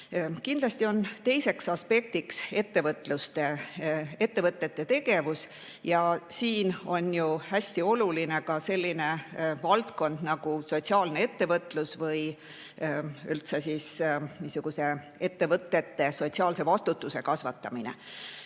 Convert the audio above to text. Kindlasti on teine tähtis aspekt ettevõtlus ja ettevõtete tegevus. Siin on hästi oluline ka selline valdkond nagu sotsiaalne ettevõtlus, üldse ettevõtete sotsiaalse vastutuse kasvatamine.